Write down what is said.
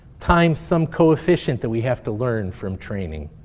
times some coefficient that we have to learn from training.